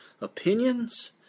opinions